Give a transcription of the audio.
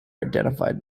identified